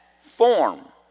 form